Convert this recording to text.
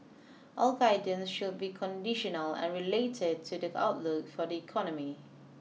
all guidance should be conditional and related to the outlook for the economy